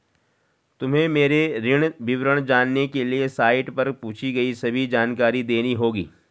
तुम्हें मेरे ऋण विवरण जानने के लिए साइट पर पूछी गई सभी जानकारी देनी होगी